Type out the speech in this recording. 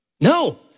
No